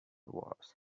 wars